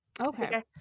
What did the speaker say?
Okay